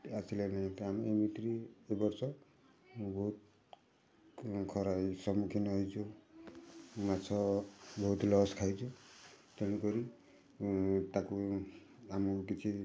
ଆସିଲା ନାହିଁ ତ ଆମେ ଏମିତିରେ ଏ ବର୍ଷ ବହୁତ ଖରା ସମ୍ମୁଖୀନ ହେଇଛୁ ମାଛ ବହୁତ ଲସ୍ ଖାଇଛୁ ତେଣୁକରି ତାକୁ ଆମକୁ କିଛି